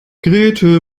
grete